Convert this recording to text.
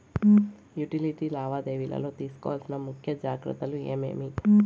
Utility లావాదేవీల లో తీసుకోవాల్సిన ముఖ్య జాగ్రత్తలు ఏమేమి?